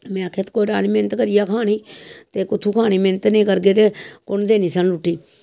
में आखेआ कोई डर निं मेह्नत करियै खानी ते कुत्थुं खानी जे मेह्नत नेईं करगे ते कु'न देनी सानूं रुट्टी